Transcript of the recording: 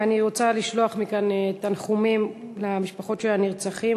ואני רוצה לשלוח מכאן תנחומים למשפחות של הנרצחים